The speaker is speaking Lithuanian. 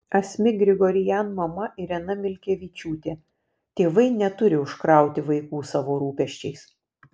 asmik grigorian mama irena milkevičiūtė tėvai neturi užkrauti vaikų savo rūpesčiais